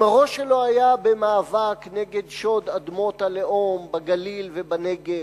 אם הראש שלו היה במאבק נגד שוד אדמות הלאום בגליל ובנגב,